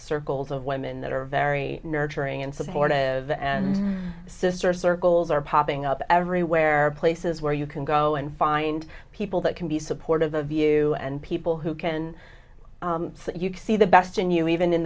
circles of women that are very nurturing and supportive and sister circles are popping up every where places where you can go and find people that can be supportive of you and people who can see that you can see the best in you even in